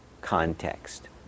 context